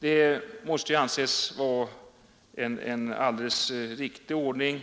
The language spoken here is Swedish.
Det måste anses vara en alldeles riktig ordning